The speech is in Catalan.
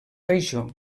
regió